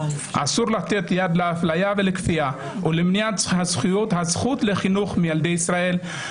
אסור לתת יד לאפליה ולכפיה ולמניעת הזכות לחינוך מילדי ישראל.